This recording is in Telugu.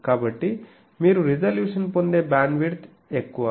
కాబట్టి మీరు రిజల్యూషన్ పొందే బ్యాండ్విడ్త్ ఎక్కువ